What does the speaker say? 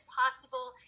possible